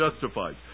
justified